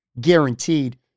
guaranteed